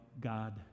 God